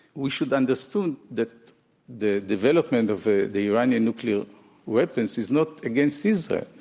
we should understand that the development of ah the iranian nuclear weapons is not against israel.